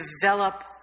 develop